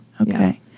Okay